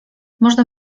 można